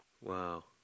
Wow